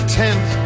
tent